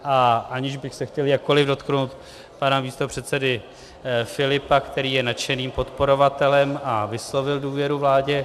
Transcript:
A aniž bych se chtěl jakkoliv dotknout pana místopředsedy Filipa, který je nadšeným podporovatelem a vyslovil důvěru vládě